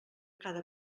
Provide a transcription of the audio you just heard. cada